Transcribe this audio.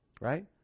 Right